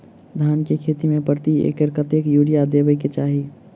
धान केँ खेती मे प्रति एकड़ कतेक यूरिया देब केँ चाहि?